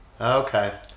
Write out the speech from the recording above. Okay